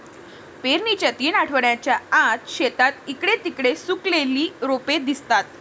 पेरणीच्या तीन आठवड्यांच्या आत, शेतात इकडे तिकडे सुकलेली रोपे दिसतात